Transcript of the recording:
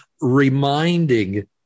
reminding